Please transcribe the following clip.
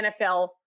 NFL